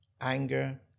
anger